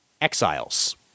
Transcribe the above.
Exiles